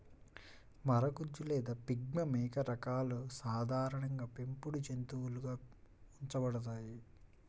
మరగుజ్జు లేదా పిగ్మీ మేక రకాలు సాధారణంగా పెంపుడు జంతువులుగా ఉంచబడతాయి